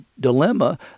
Dilemma